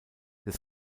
des